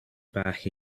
back